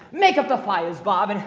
make up the fires, bob. and